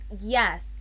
Yes